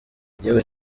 igihugu